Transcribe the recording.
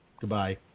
Goodbye